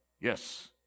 yes